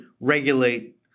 regulate